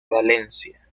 valencia